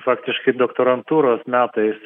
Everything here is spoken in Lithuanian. faktiškai doktorantūros metais